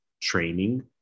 training